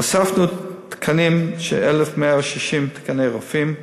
הוספנו תקנים, 1,160 תקני רופאים.